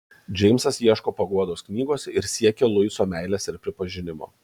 džeimsas ieško paguodos knygose ir siekia luiso meilės ir pripažinimo